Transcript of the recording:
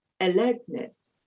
alertness